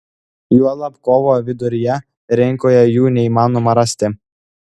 juolab kovo viduryje rinkoje jų neįmanoma rasti